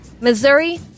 Missouri